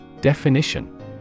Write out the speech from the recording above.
Definition